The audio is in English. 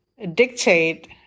Dictate